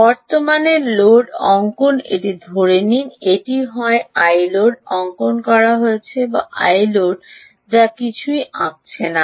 বর্তমানের লোড অঙ্কন এটি ধরে নিন যে এটি হয় Iload অঙ্কন করছে বা এটি Iload বা কিছুই কিছুই আঁকছে না